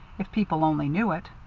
if people only knew it.